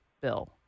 bill